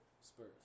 Spurs